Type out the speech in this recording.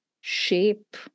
shape